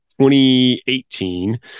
2018